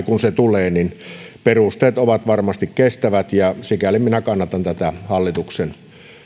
kun se tulee perusteet ovat kestävät sikäli minä kannatan tätä hallituksen